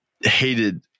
Hated